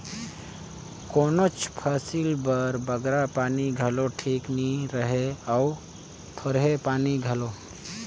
कोनोच फसिल बर बगरा पानी घलो ठीक नी रहें अउ थोरहें पानी घलो